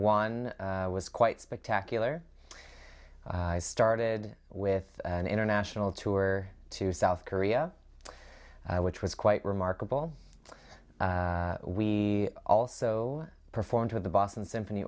one was quite spectacular i started with an international tour to south korea which was quite remarkable we also performed with the boston symphony